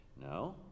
No